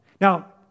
Now